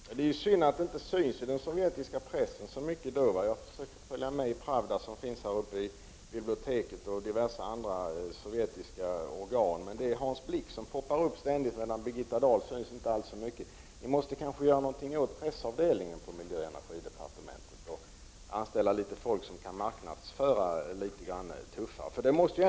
Herr talman! Det är synd att det inte har märkts så mycket i den sovjetiska pressen. Jag försöker följa vad som står i Pravda, som ju finns i riksdagens bibliotek, och även annat som framkommer i diverse andra sovjetiska organ. Men det är ständigt Hans Blix namn som ”poppar upp”, medan Birgitta Dahl inte märks alltför mycket. Man måste kanske göra någonting åt pressavdelningen på miljöoch energidepartementet, t.ex. anställa folk som kan marknadsföra på ett tuffare sätt.